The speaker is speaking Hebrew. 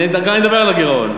דקה, אני אדבר על הגירעון.